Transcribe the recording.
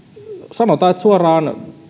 sanotaan suoraan että